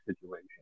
situation